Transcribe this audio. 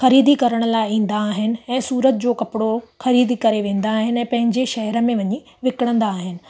ख़रीदी करण लाइ ईंदा आहिनि ऐं सूरत जो कपिड़ो खरीदी करे वेंदा आहिनि ऐं पांहिंजे शहर में वञी विकिणंदा आहिनि